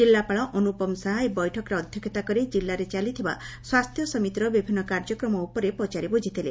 ଜିଲ୍ଲାପାଳ ଅନୁପମ ସାହା ଏହି ବୈଠକରେ ଅଧ୍ୟକ୍ଷତା କରି ଜିଲ୍ଲାରେ ଚାଲିଥିବା ସ୍ୱାସ୍ଥ୍ୟ ସମିତିର ବିଭିନ୍ନ କାର୍ଯ୍ୟକ୍ରମ ଉପରେ ପଚାରି ବୁଝିଥିଲେ